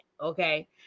okay